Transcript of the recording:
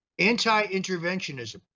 Anti-interventionism